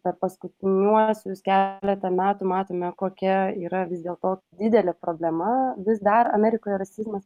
per paskutiniuosius keletą metų matome kokia yra vis dėl to didelė problema vis dar amerikoje rasizmas